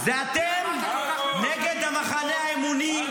זה אתם נגד המחנה האמוני,